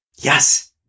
Yes